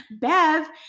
Bev